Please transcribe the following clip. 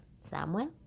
Samuel